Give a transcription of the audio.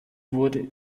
wurde